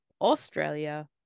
Australia